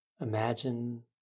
Imagine